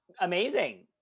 amazing